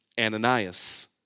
Ananias